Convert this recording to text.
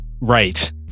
right